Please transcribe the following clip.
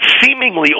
seemingly